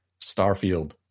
Starfield